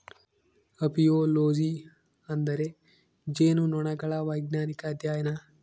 apiology ಎಂದರೆ ಜೇನುನೊಣಗಳ ವೈಜ್ಞಾನಿಕ ಅಧ್ಯಯನ